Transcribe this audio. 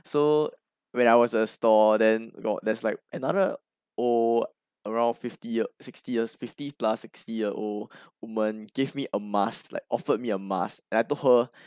so when I was at the store then got there's like another old around fifty year sixty years fifty plus sixty year old woman gave me a mask like offered me a mask and I told her